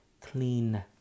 clean